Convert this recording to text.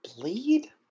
bleed